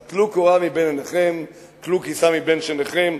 אז טלו קורה מבין עיניכם, טלו קיסם מבין שיניכם.